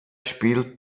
spielt